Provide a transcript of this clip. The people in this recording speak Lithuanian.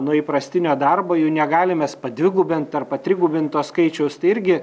nuo įprastinio darbo jų negalim mes padvigubint ar patrigubint to skaičiaus tai irgi